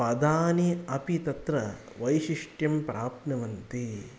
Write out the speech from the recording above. पदानि अपि तत्र वैशिष्ट्यं प्राप्नुवन्ति